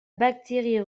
bactérie